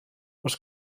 oes